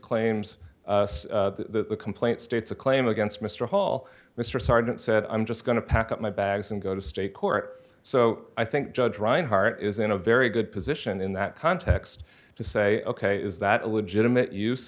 claims the complaint states a claim against mr hall mr sergeant said i'm just going to pack up my bags and go to state court so i think judge reinhardt is in a very good position in that context to say ok is that a legitimate use